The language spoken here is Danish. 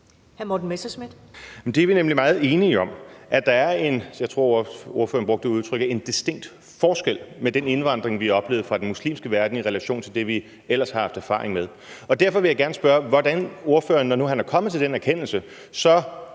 jeg tror, ordføreren brugte udtrykket distinkt forskel på den indvandring, vi har oplevet fra den muslimske verden, i relation til det, vi ellers har haft erfaring med. Derfor vil jeg gerne spørge, hvordan ordføreren, når nu han er kommet til den erkendelse,